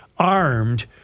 Armed